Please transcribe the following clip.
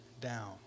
down